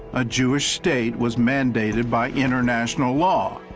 a jewish state was mandated by international law.